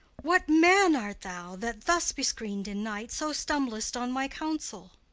what man art thou that, thus bescreen'd in night, so stumblest on my counsel?